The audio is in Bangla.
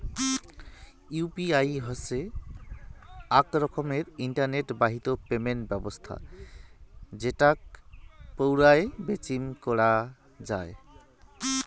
ইউ.পি.আই হসে আক রকমের ইন্টারনেট বাহিত পেমেন্ট ব্যবছস্থা যেটোকে পৌরাই বেচিম করাঙ যাই